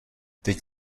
teď